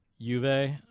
Juve